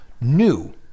new